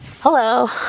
Hello